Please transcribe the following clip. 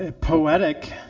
poetic